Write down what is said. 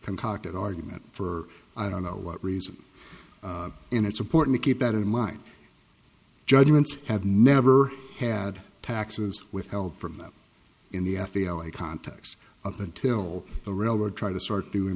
concocted argument for i don't know what reason and it's important to keep that in mind judgements have never had taxes withheld from up in the f a l a context up until the railroad try to start doing